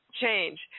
change